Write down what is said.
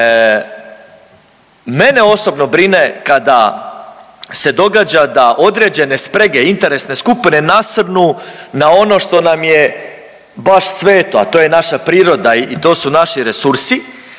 Mene osobno brine kada se događa da određene spreme i interesne skupine nasrnu na ono što nam je baš sveto, a to je naša priroda i to su naši resursi,